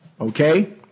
Okay